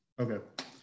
Okay